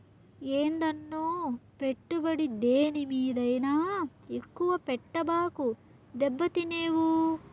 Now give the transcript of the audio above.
ఏందన్నో, పెట్టుబడి దేని మీదైనా ఎక్కువ పెట్టబాకు, దెబ్బతినేవు